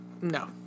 No